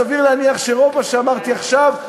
סביר להניח שרוב מה שאמרתי עכשיו,